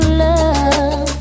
love